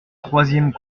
troisième